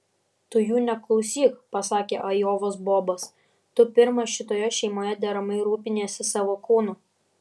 tu jų neklausyk pasakė ajovos bobas tu pirmas šitoje šeimoje deramai rūpiniesi savo kūnu